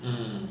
mm